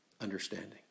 understanding